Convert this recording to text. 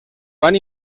van